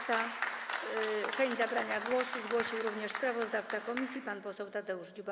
Chęć zabrania głosu zgłosił również sprawozdawca komisji pan poseł Tadeusz Dziuba.